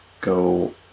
go